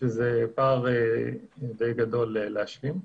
שזה פער די גדול להשלים.